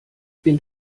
bin